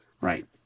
Right